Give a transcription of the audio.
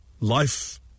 Life